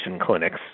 clinics